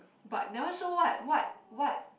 but never show what what what